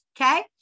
okay